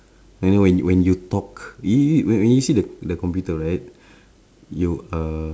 and then when when you talk you you when when you see the the computer right you uh